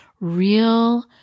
real